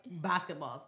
basketballs